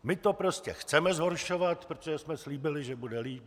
My to prostě chceme zhoršovat, protože jsme slíbili, že bude líp.